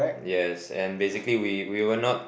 yes and basically we we were not